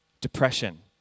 Depression